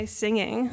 singing